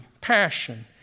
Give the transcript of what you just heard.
passion